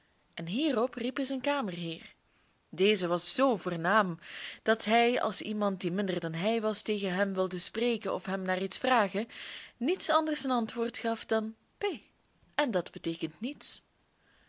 en hierop riep hij zijn kamerheer deze was zoo voornaam dat hij als iemand die minder dan hij was tegen hem wilde spreken of hem naar iets vragen niets anders ten antwoord gaf dan p en dat beteekent niets